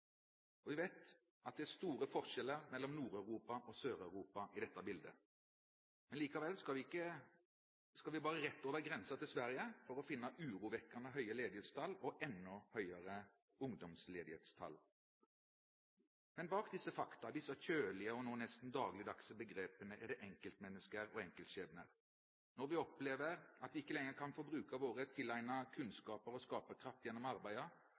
dette. Vi vet at det er store forskjeller mellom Nord-Europa og Sør-Europa i dette bildet. Likevel skal vi bare rett over grensen til Sverige for å finne urovekkende høye ledighetstall og enda høyere ungdomsledighetstall. Men bak disse fakta, disse kjølige og nå nesten dagligdagse begrepene er det enkeltmennesker og enkeltskjebner. Når vi opplever at vi ikke lenger kan få bruke våre tilegnede kunnskaper og skaperkraft gjennom